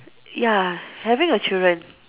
ya having a children